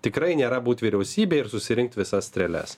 tikrai nėra būt vyriausybėj ir susirinkt visas strėles